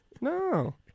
No